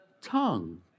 tongue